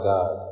God